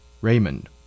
Raymond